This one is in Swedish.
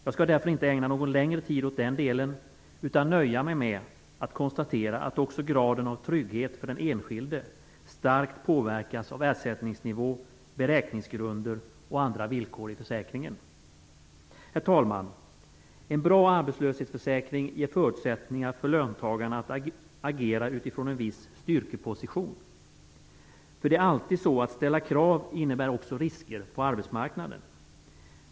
Jag skall därför inte ägna någon längre tid åt den delen utan nöja mig med att konstatera att också graden av trygghet för den enskilde starkt påverkas av ersättningsnivå, beräkningsgrunder och andra villkor i försäkringen. Herr talman! En bra arbetslöshetsförsäkring ger förutsättningar för löntagarna att agera utifrån en viss styrkeposition. Att ställa krav innebär nämligen alltid också risker på arbetsmarknaden.